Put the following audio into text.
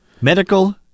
Medical